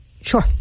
Sure